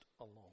alone